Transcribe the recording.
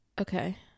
Okay